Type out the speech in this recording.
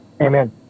Amen